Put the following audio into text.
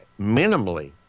minimally